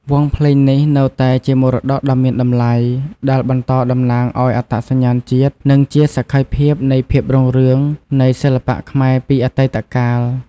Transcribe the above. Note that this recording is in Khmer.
វង់ភ្លេងនេះនៅតែជាមរតកដ៏មានតម្លៃ ដែលបន្តតំណាងឱ្យអត្តសញ្ញាណជាតិ និងជាសក្ខីភាពនៃភាពរុងរឿងនៃសិល្បៈខ្មែរពីអតីតកាល។